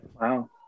Wow